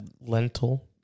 Lentil